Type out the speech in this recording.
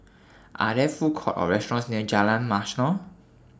Are There Food Courts Or restaurants near Jalan Mashhor